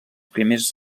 primers